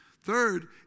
Third